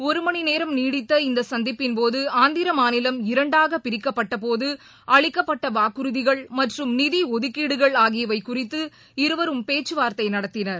ஒருமணிநேரம் நீடித்த இந்தசந்திப்பின்போதுஆந்திரமாநிலம் இரண்டாகபிரிக்கப்பட்டபோதஅளிக்கப்பட்டவாக்குறுதிகள் மற்றும் நிதிஒதுக்கீடுகள் ஆகியவைகுறித்து இருவரும் பேச்சுவார்த்தைநடத்தினர்